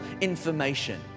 information